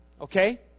Okay